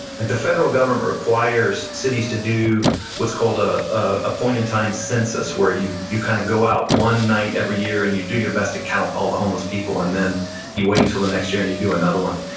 like the federal government requires cities to do what's called a ah point in time census where you kinda kind of go out one night every year and you do your best to count all the homeless people, and then you wait until the next year and you do another one.